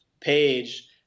page